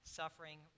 suffering